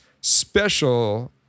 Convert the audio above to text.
special